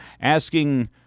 asking